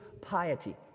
piety